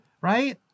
Right